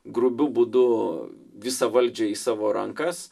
grubiu būdu visą valdžią į savo rankas